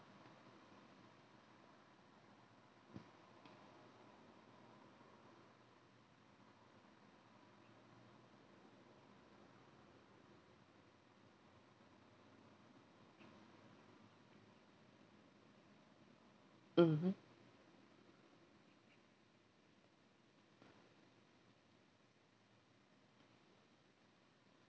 mmhmm